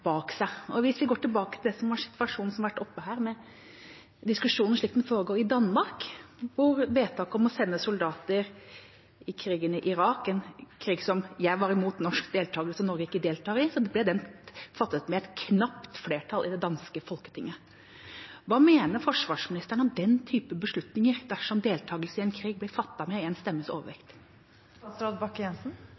bak seg. Hvis vi går tilbake til situasjonen som har vært oppe her, og diskusjonen slik den foregår i Danmark, hvor vedtaket om å sende soldater i krigen i Irak – en krig som jeg var imot norsk deltakelse i, og Norge ikke deltok i – ble fattet med et knapt flertall i Folketinget: Hva mener forsvarsministeren om den type beslutninger, at deltakelse i en krig blir fattet med én stemmes